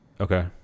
Okay